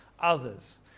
others